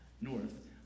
north